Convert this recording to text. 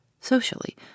socially